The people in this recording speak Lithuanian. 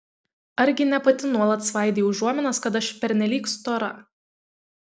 argi ne pati nuolat svaidei užuominas kad aš pernelyg stora